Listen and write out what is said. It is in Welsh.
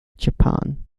japan